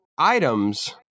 Items